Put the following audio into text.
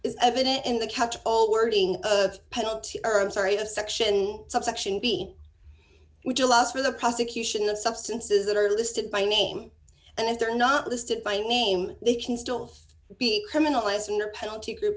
is evident in the catch all wording of penalty or i'm sorry a section subsection b which allows for the prosecution of substances that are listed by name and if they're not listed by name they can still be criminalized in your penalty group